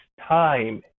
time